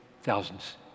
Thousands